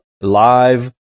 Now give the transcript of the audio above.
live